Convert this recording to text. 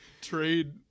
trade